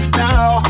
now